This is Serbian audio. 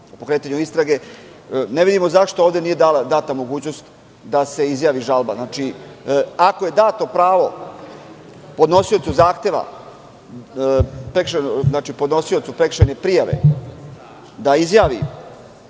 o pokretanju istrage, ne vidimo zašto ovde nije data mogućnost da se izjavi žalba. Znači, ako je dato pravo podnosiocu zahteva, podnosiocu prekršajne prijave da izjavi